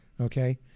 Okay